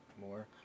more